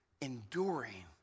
enduring